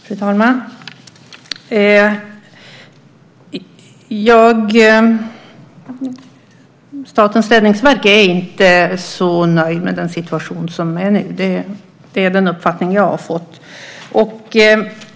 Fru talman! På Statens räddningsverk är man inte så nöjd med den situation som nu råder. Det är den uppfattning jag har fått.